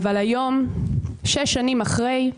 אבל היום, שש שנים אחרי,